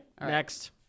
Next